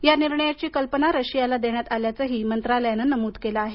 या निर्णयाची कल्पना रशियाला देण्यात आल्याचंही मंत्रालयानं नमूद केलं आहे